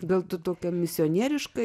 gal tu tokią misionierišką